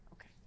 Okay